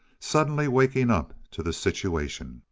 suddenly waking up to the situation.